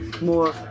more